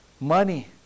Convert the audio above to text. Money